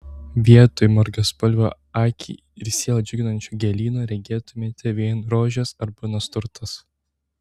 vietoj margaspalvio akį ir sielą džiuginančio gėlyno regėtumėme vien rožes arba nasturtas